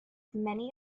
many